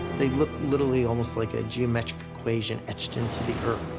they look, literally, almost like a geometric equation etched into the earth.